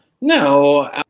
No